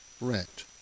rent